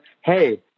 Hey